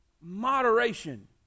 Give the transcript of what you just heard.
moderation